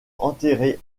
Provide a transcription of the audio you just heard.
enterré